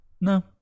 No